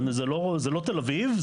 זה לא תל אביב,